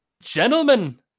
gentlemen